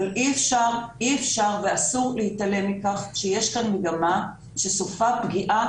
אבל אי אפשר ואסור להתעלם מכך שיש כאן מגמה שסופה פגיעה